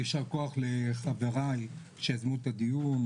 יישר כוח לחבריי שיזמו את הדיון,